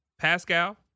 Pascal